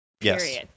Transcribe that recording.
Yes